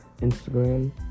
Instagram